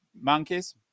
monkeys